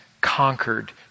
conquered